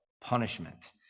punishment